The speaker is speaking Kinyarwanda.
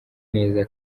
neza